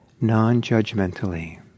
non-judgmentally